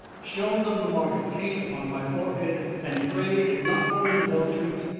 shown them the mark of cain upon my forehead, and prayed, not for indulgence,